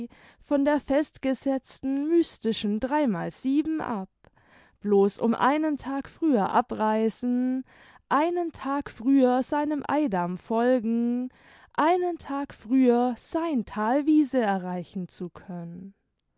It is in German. von der festgesetzten mystischen dreimal sieben ab bloß um einen tag früher abreisen einen tag früher seinem eidam folgen einen tag früher sein thalwiese erreichen zu können